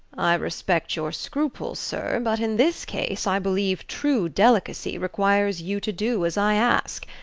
respect your scruple, sir but in this case i believe true delicacy requires you to do as i ask.